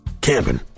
Camping